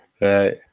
right